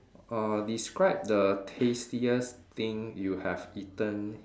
uh describe the tastiest thing you have eaten